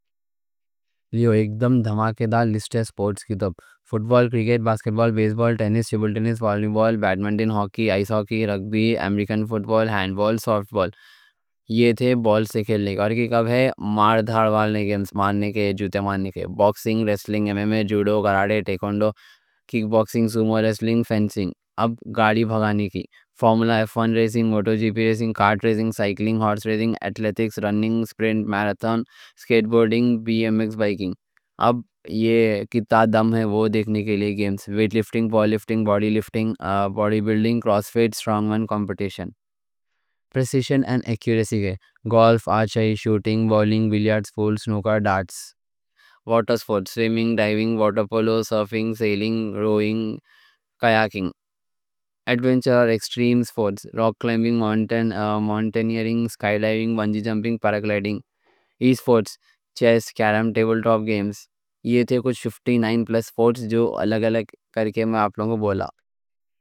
یہ ایک دم دھماکے دار لسٹ ہے سپورٹس کی۔ فٹبال، کرکٹ، باسکٹ بال، بیس بال، ٹینس، ٹیبل ٹینس، والی بال، بیڈمنٹن، ہاکی، آئس ہاکی، رگبی، امریکن فٹبال، ہینڈ بال، سافٹ بال۔ یہ تھے بال سے کھیلنے کے۔ اور یہ جو ہے مار دھاڑ والے، ماننے کے، جوتے ماننے کے: باکسنگ، ریسلنگ، ایم ایم اے، جوڈو، کراٹے، ٹائیکوانڈو، کِک باکسنگ، سومو ریسلنگ، فینسنگ۔ اب گاڑی بھگانی کی: فارمولا ایف ون ریسنگ، موٹو جی پی ریسنگ، کارٹ ریسنگ، سائیکلنگ، ہارس ریسنگ، ایتھلیٹکس، رننگ، سپرنٹ، میراتھن، اسکیٹ بورڈنگ، بی ایم ایکس بائیکنگ۔ اب یہ کتنا دم ہے وہ دیکھنے کے لیے گیمز: ویٹ لفٹنگ، پاور لفٹنگ، باڈی لفٹنگ، باڈی بلڈنگ، کراس فِٹ، اسٹرونگ کمپیٹیشن، پریسیشن اینڈ ایکیوریسی کے: گولف، آرچری، شوٹنگ، بولنگ، بیلیارڈز، پول، سنوکر، ڈارٹس۔ واٹر سپورٹس: سوئمنگ، ڈائیونگ، واٹر پولو، سرفِنگ، سیلنگ، روئنگ، کیاکنگ۔ ایڈونچر ایکسٹریم سپورٹس: راک کلائمبنگ، ونجی، ماؤنٹینئرنگ، اسکائی ڈائیونگ، بنجی جمپنگ، پیراگلائڈنگ۔ ای اسپورٹس، چیس، کیرم، ٹیبل ٹاپ گیمز۔ یہ تھے کچھ 59 پلس سپورٹس جو الگ الگ کر کے میں آپ لوگوں کو بولا۔